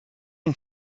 own